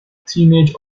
teenage